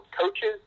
coaches